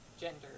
gender